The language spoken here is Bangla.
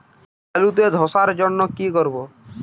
আলুতে ধসার জন্য কি করব?